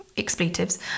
expletives